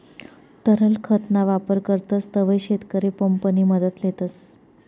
तरल खत ना वापर करतस तव्हय शेतकरी पंप नि मदत लेतस